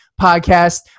podcast